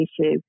issue